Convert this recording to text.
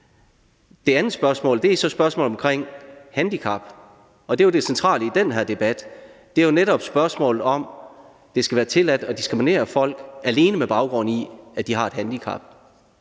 Det andet spørgsmål er så spørgsmålet om handicap, og det er jo det centrale i den her debat. Det er netop spørgsmålet om, om det skal være tilladt at diskriminere folk alene med baggrund i, at de har et handicap.